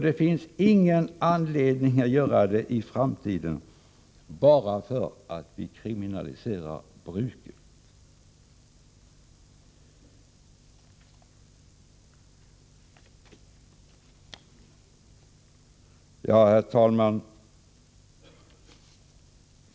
Det finns ingen anledning att göra det i framtiden heller, bara för att vi kriminaliserar bruket. Herr talman!